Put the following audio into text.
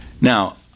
Now